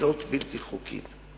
ופעילות בלתי חוקית.